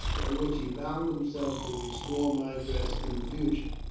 by which he bound himself to restore madras in the future,